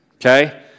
Okay